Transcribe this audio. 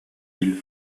îles